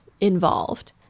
involved